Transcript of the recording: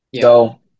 So-